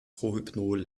rohypnol